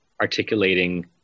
articulating